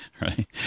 right